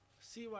CY